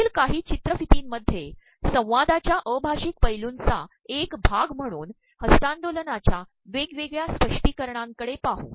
पुढील काही चचरकफतीमध्ये संवादाच्या अभाप्रषक पैलूंचा एक भाग म्हणून हस्त्तांदोलनाच्या वेगवेगळ्या स्त्पष्िीकरणांकडे पाहू